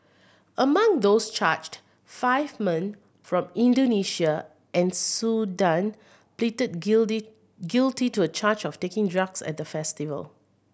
among those charged five men from Indonesia and Sudan pleaded guilty to a charge of taking drugs at the festival